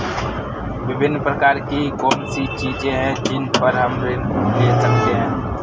विभिन्न प्रकार की कौन सी चीजें हैं जिन पर हम ऋण ले सकते हैं?